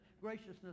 graciousness